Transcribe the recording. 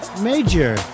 Major